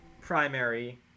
primary